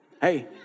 Hey